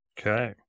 Okay